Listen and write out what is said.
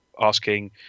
asking